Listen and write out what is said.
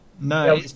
No